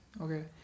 Okay